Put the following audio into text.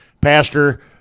Pastor